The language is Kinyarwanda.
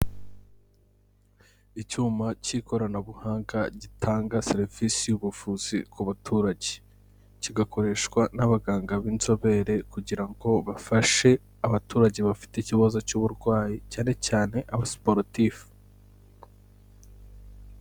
Icyuma cy'ikoranabuhanga gitanga serivisi y'ubuvuzi ku baturage, kigakoreshwa n'abaganga b'inzobere kugira ngo bafashe abaturage bafite ikibazo cy'uburwayi cyane cyane abasiporutifu.